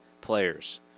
players